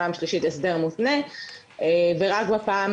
בפעם השלישית הסדר מותנה ורק בפעם